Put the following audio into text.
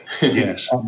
Yes